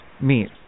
meat